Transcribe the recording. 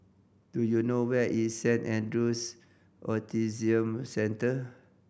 do you know where is Saint Andrew's Autism Centre